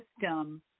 system